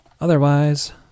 Otherwise